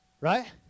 Right